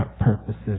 purposes